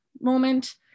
moment